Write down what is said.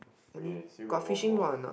okay still got one more